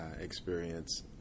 experience